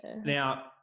Now